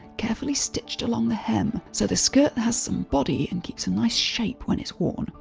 carefully stitched along the hem so the skirt has some body and keeps a nice shape when it's worn.